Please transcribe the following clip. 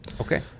Okay